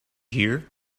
here